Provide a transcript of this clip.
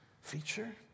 feature